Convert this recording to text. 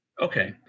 Okay